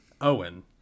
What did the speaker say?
Owen